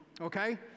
Okay